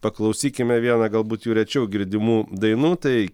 paklausykime vieną galbūt jų rečiau girdimų dainų tai